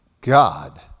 God